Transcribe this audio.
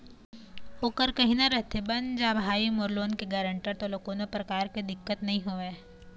ओखर कहना रहिथे बन जाना भाई मोर लोन के गारेंटर तोला कोनो परकार के दिक्कत नइ होवय